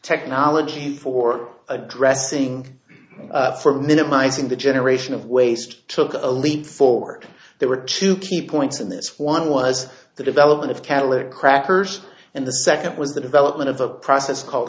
technology for addressing for minimizing the generation of waste took a leap forward there were two key points in this one was the development of catalytic crackers and the second was the development of a process called